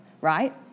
right